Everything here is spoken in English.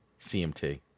CMT